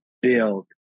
build